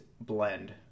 blend